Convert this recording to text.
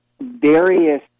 various